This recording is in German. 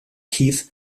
keith